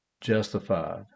justified